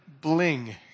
bling